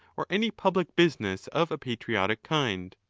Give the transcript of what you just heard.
or any public business of a patriotic kind?